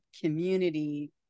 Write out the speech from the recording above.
community